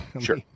Sure